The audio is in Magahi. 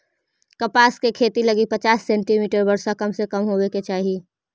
कपास के खेती लगी पचास सेंटीमीटर वर्षा कम से कम होवे के चाही